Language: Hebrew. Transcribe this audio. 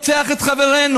רוצח את חברינו.